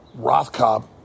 Rothkop